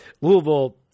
Louisville